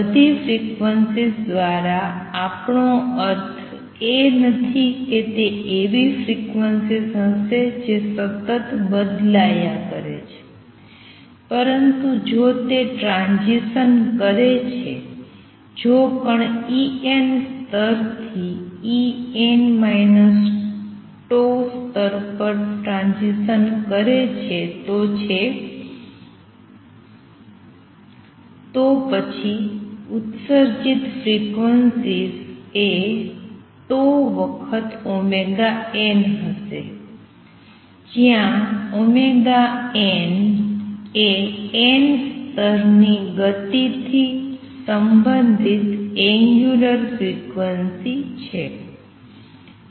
બધી ફ્રિક્વન્સીઝ દ્વારા આપણો અર્થ એ નથી કે તે એવી ફ્રિક્વન્સીઝ હશે જે સતત બદલાયા કરે છે પરંતુ જો તે ટ્રાંઝીસન કરે છે જો કણ En સ્તર થી En - સ્તર પર ટ્રાંઝીસન કરે છે તો છે તો પછી ઉત્સર્જિત ફ્રીક્વન્સીઝ એ વખત ωn હશે જયાં ωn એ n સ્તરની ગતિથી સંબંધિત એંગ્યુલર ફ્રિક્વન્સી છે